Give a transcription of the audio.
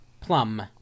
Plum